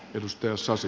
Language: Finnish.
arvoisa puhemies